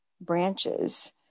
branches